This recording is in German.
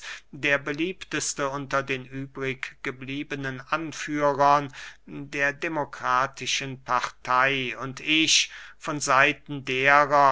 der beliebteste unter den übrig gebliebenen anführern der demokratischen partei und ich von seiten derer